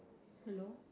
hello